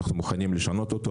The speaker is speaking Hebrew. אנחנו מוכנים לשנות אותו,